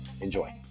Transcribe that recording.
Enjoy